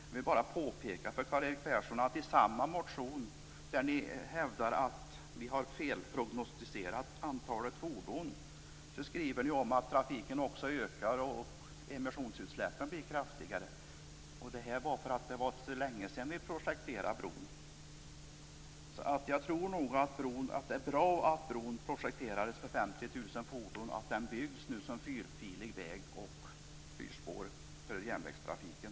Jag vill bara påpeka för Karl-Erik Persson att i samma motion där ni hävdar att vi har felprognostiserat antalet fordon skriver ni att trafiken ökar, emissionerna blir kraftigare, och att det beror på att det var så länge sedan bron projekterades. Jag tror nog att det är bra att bron projekterades för 50 000 fordon och att den nu byggs som en fyrfilig väg och med fyrspår för järnvägstrafiken.